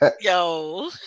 Yo